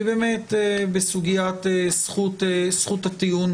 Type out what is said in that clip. היא באמת בסוגיית זכות הטיעון